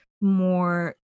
more